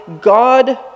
God